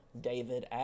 David